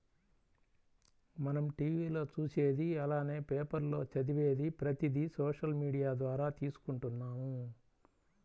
మనం టీవీ లో చూసేది అలానే పేపర్ లో చదివేది ప్రతిది సోషల్ మీడియా ద్వారా తీసుకుంటున్నాము